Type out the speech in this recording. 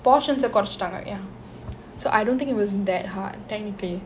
portions eh குறைச்சிட்டாங்க:koraichuttaanga ya so I don't think it was that hard technically